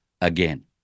again